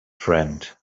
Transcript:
friend